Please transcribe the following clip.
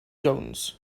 jones